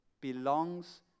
belongs